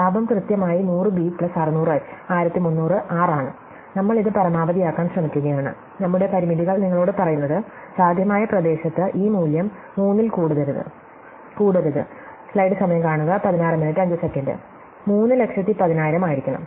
ലാഭം കൃത്യമായി 100 B plus 600 H 1300 R ആണ് നമ്മൾ ഇത് പരമാവധിയാക്കാൻ ശ്രമിക്കുകയാണ് നമ്മുടെ പരിമിതികൾ നിങ്ങളോട് പറയുന്നത് സാധ്യമായ പ്രദേശത്ത് feasible region ഈ മൂല്യം മൂന്നിൽ കൂടരുത് സമയം കാണുക 1605 3 ലക്ഷം 10000 ആയിരിക്കണം